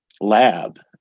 lab